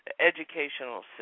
educational